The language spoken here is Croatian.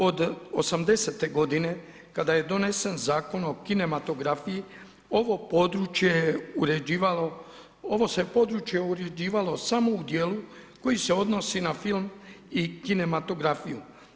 Od '80. godine kada je donesen Zakon o kinematografiji, ovo područje je uređivalo, ovo se područje uređivalo samo u djelu koji se odnosi na film i kinematografiju.